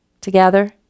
Together